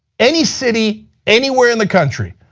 any city, anywhere in the country,